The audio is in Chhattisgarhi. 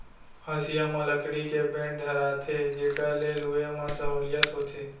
हँसिया म लकड़ी के बेंट धराथें जेकर ले लुए म सहोंलियत होथे